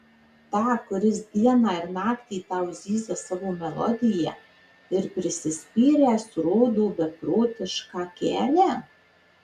tą kuris dieną ir naktį tau zyzia savo melodiją ir prisispyręs rodo beprotišką kelią